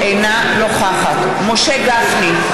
אינה נוכחת משה גפני,